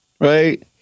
right